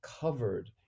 covered